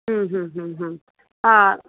हूं हूं हूं हूं हा